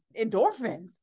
endorphins